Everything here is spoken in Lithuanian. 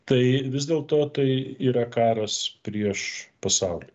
tai vis dėl to tai yra karas prieš pasaulį